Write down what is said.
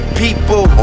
people